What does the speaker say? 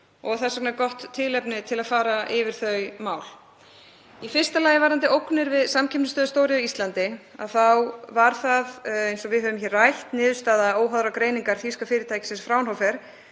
og þess vegna er gott tilefni til að fara yfir þau mál. Í fyrsta lagi, varðandi ógnir við samkeppnisstöðu stóriðju á Íslandi þá var það, eins og við höfum rætt, niðurstaða óháðrar greiningar þýska fyrirtækisins Fraunhofer,